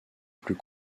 plus